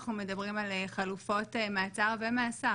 אנחנו מדברים על חלופות מעצר ומאסר,